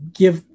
give